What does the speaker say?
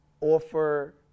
offer